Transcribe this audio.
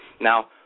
Now